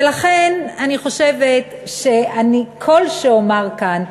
ולכן אני חושבת שכל שאומר כאן,